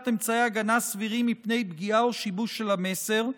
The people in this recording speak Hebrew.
אמצעי הגנה סבירים מפני פגיעה או שיבוש של המסר,